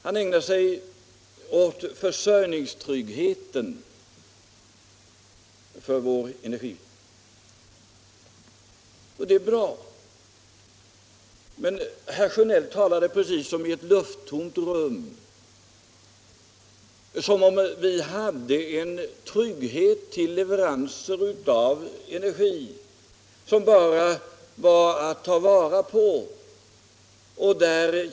Han ägnar sig åt försörjningstryggheten vad gäller vår energi, och det är bra. Men herr Sjönell talade som i ett lufttomt rum, som om vi skulle ha en trygghet i fråga om leveranser av energi, som det bara gäller för oss att ta vara på.